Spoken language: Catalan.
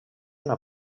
una